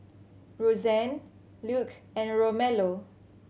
Rozanne Luc and Romello